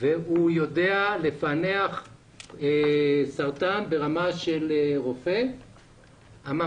והוא יודע לפענח סרטן ברמה של רופא אלא